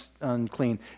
unclean